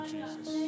Jesus